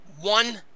one